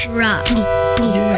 rock